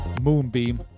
Moonbeam